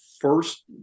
first